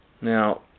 Now